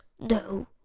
no